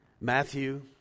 Matthew